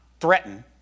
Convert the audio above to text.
threaten